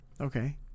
Okay